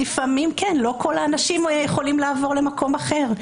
לפעמים כן, לא כל האנשים יכולים לעבור למקום אחר.